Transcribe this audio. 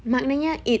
maknanya it's